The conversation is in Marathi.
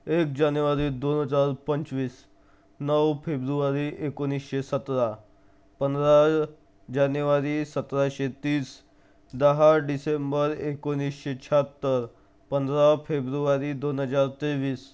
एक जानेवारी दोन हजार पंचवीस नऊ फेब्रुवारी एकोणीसशे सतरा पंधरा जानेवारी सतराशे तीस दहा डिसेंबर एकोणीसशे शाहत्तर पंधरा फेब्रुवारी दोन हजार तेवीस